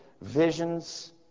visions